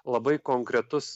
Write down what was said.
labai konkretus